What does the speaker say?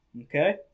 Okay